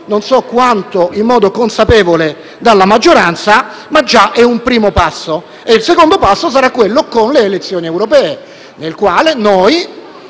non so quanto in modo consapevole dalla maggioranza, ma già è un primo passo. Il secondo passo avverrà con le elezioni europee, quando